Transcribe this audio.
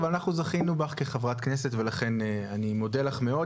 אבל אנחנו זכינו בך כחברת כנסת ולכן אני מודה לך מאוד.